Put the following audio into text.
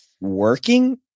working